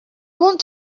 want